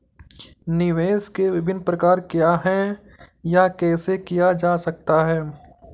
निवेश के विभिन्न प्रकार क्या हैं यह कैसे किया जा सकता है?